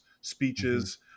speeches